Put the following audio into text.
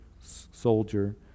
soldier